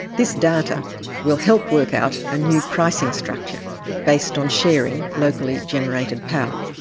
this data will help work out a new pricing structure based on sharing locally generated power.